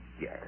Yes